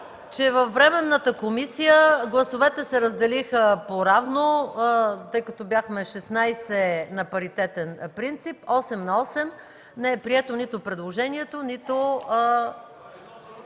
че във Временната комисия гласовете се разделиха поравно, тъй като бяхме шестнадесет на паритетен принцип – осем на осем, не е прието нито предложението, нито